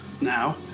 now